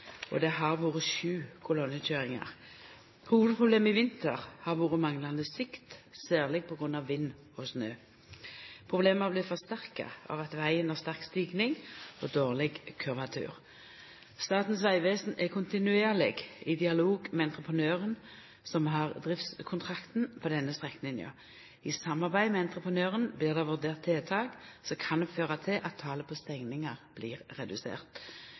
og det har vore sju kolonnekøyringar. Hovudproblemet i vinter har vore manglande sikt, særleg på grunn av vind og snø. Problema har vorte forsterka av at vegen har sterk stigning og dårleg kurvatur. Statens vegvesen er i kontinuerleg dialog med entreprenøren som har driftskontrakten på denne strekninga. I samarbeid med entreprenøren blir det vurdert tiltak som kan føra til at talet på stengingar blir redusert.